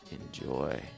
Enjoy